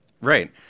Right